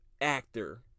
actor